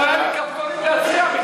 לא היו לי כפתורים להצביע.